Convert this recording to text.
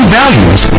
values